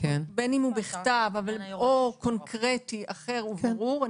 בין אם הוא בכתב או קונקרטי אחר וברור,